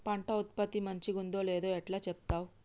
పంట ఉత్పత్తి మంచిగుందో లేదో ఎట్లా చెప్తవ్?